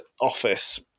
office